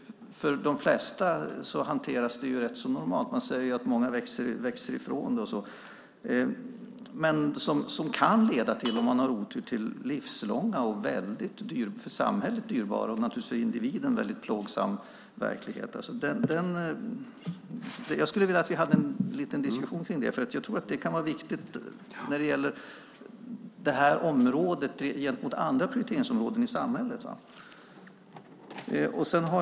För de flesta hanteras det rätt normalt; man säger att många växer ifrån det och så vidare. Men om man har otur kan det leda till en för individen livslång plågsam verklighet och en för samhället dyrbar sådan. Jag skulle vilja att vi förde en liten diskussion om detta, för jag tror att det kan vara viktigt när det gäller det här området gentemot andra prioriteringsområden i samhället.